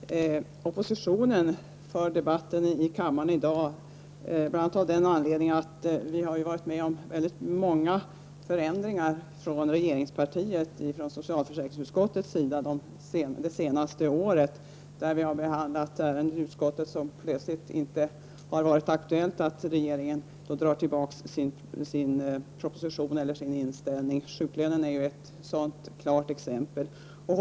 Herr talman! Oppositionen för den här debatten i kammaren i dag bl.a. med anledning av att vi under det senaste året har varit med om att regeringspartiets företrädare i socialförsäkringsutskottet vid flera tillfällen intagit ståndpunkter som föranlett regeringen att dra tillbaka propositioner. Frågan om sjuklönen är ett bra exempel på det.